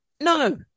no